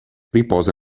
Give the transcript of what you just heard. riposa